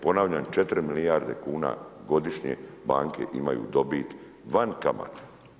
Ponavljam, 4 milijarde kuna godišnje banke imaju dobit van kamata.